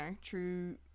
true